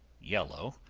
yellow,